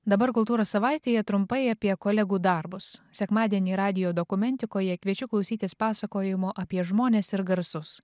dabar kultūros savaitėje trumpai apie kolegų darbus sekmadienį radijo dokumentikoje kviečiu klausytis pasakojimo apie žmones ir garsus